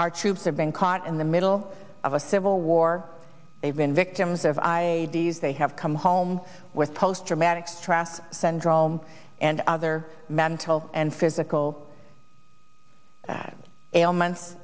our troops have been caught in the middle of a civil war they've been victims of i d's they have come home with post traumatic stress syndrome and other mental and physical ailments